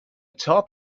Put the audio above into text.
top